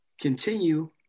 continue